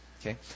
Okay